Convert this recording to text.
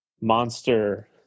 Monster